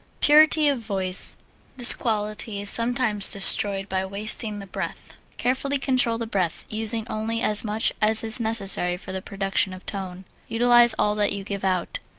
purity of voice this quality is sometimes destroyed by wasting the breath. carefully control the breath, using only as much as is necessary for the production of tone. utilize all that you give out.